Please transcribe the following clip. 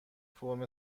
فرم